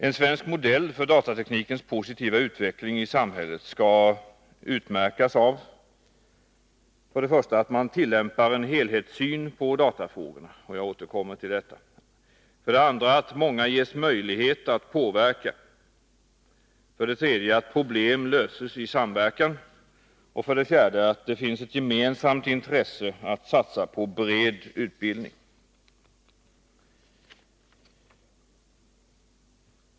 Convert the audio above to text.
En svensk modell för datateknikens positiva utveckling i samhället skall utmärkas av att man tillämpar en helhetssyn på datafrågorna — jag återkommer till detta —, att många ges möjlighet att påverka, att problem löses i samverkan samt att det finns ett gemensamt intresse att satsa på bred utbildning.